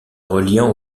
reliant